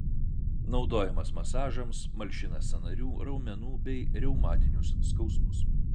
naudojamas masažams malšina sąnarių raumenų bei reumatinius skausmus